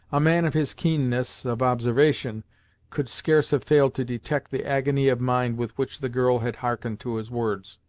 a man of his keenness of observation could scarce have failed to detect the agony of mind with which the girl had hearkened to his words.